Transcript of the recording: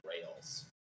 rails